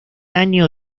año